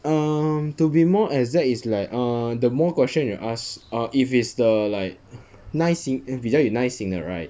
um to be more exact is like err the more question you ask err if is the like 耐心 err 比较有耐心的 right